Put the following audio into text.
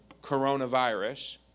coronavirus